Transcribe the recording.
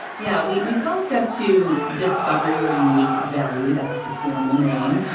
yeah. we we call step two, discover your unique value. that's the formal name.